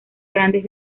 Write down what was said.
grandes